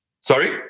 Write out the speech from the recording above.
sorry